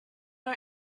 our